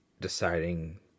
deciding